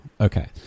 Okay